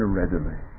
readily